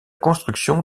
construction